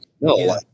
no